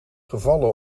gevallen